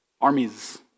Armies